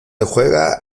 juega